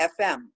FM